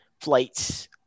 flights